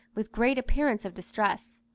with great appearance of distress.